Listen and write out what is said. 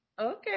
Okay